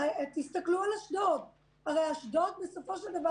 תסתכלו על אשדוד; הרי בית החולים באשדוד הוקם,